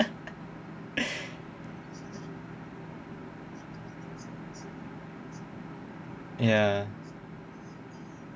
ya